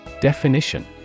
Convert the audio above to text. Definition